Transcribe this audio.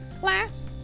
class